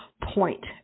point